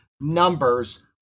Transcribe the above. numbers